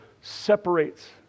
separates